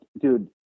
dude